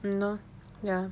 !hannor! ya